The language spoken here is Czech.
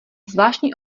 zvláštní